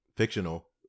fictional